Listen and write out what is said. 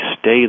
stay